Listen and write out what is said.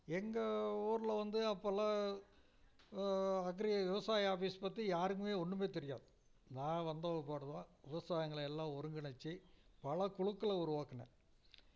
எங்கள் ஊர்ல வந்து அப்போல்லாம் அக்ரி விவசாயம் ஆபிஸ் பற்றி யாருக்குமே ஒன்றுமே தெரியாது நான் வந்த பிற்பாடு தான் விவசாயிகளை எல்லாம் ஒருங்கிணைத்து பல குழுக்களை உருவாக்கினேன்